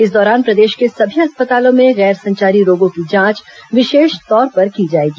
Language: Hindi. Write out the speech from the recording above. इस दौरान प्रर्देश के सभी अस्पतालों में गैर संचारी रोगों की जांच विशेष तौर पर की जाएगी